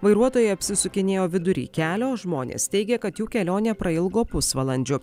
vairuotojai apsisukinėjo vidury kelio žmonės teigia kad jų kelionė prailgo pusvalandžiu